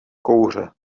kouře